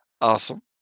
Awesome